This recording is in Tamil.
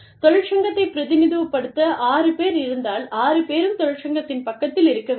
தொழிற்சங்கத்தைப் பிரதிநிதித்துவப்படுத்த ஆறு பேர் இருந்தால் ஆறு பேரும் தொழிற்சங்கத்தின் பக்கத்தில் இருக்க வேண்டும்